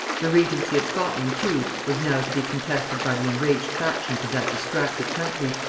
the regency of scotland, too, was now to be contested by the enraged factions of that distracted country,